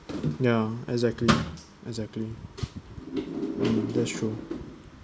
ya exactly exactly mm that's true